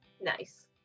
Nice